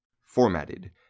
Formatted